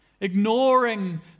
ignoring